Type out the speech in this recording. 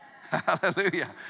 Hallelujah